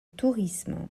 tourisme